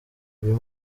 uyu